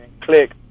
click